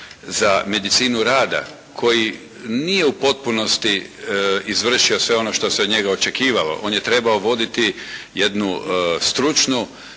za medicinu rada koji nije u potpunosti izvršio sve ono što se od njega očekivalo. On je trebao voditi jednu stručnu,